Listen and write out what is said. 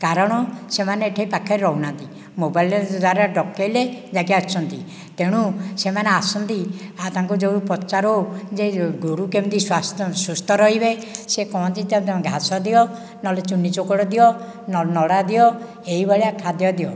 କାରଣ ସେମାନେ ଏଠି ପାଖରେ ରହୁନାହାନ୍ତି ମୋବାଇଲ୍ ଦ୍ୱାରା ଡ଼କେଇଲେ ଯାଇକି ଆସୁଛନ୍ତି ତେଣୁ ସେମାନେ ଆସନ୍ତି ଆ ତାଙ୍କୁ ଯୋଉ ପଚାରୁ ଯେ ଏ ଗୋରୁ କେମିତି ସ୍ଵାସ୍ଥ୍ୟ ସୁସ୍ଥ ରହିବେ ସେ କହନ୍ତି ତ ଘାସ ଦିଅ ନହଲେ ଚୂନି ଚୋକଡ଼ ଦିଅ ନ ନଡ଼ା ଦିଅ ଏହି ଭଳିଆ ଖାଦ୍ୟ ଦିଅ